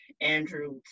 Andrew